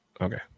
okay